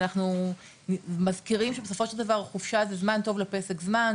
אנחנו מזכירים שבסופו של דבר חופשה זה זמן טוב לפסק זמן,